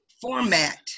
format